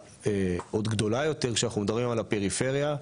עוד גדולה יותר כשאנחנו מדברים על הפריפריה.